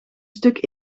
stuk